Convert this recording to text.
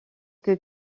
que